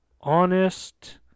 honest